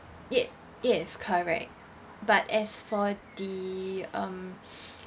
ye~ yes correct but as for the um